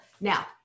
Now